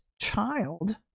child